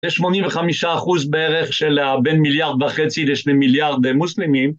יש 85 אחוז בערך של בין מיליארד וחצי לשני מיליארד מוסלמים.